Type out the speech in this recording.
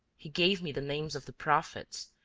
he gave me the names of the prophets,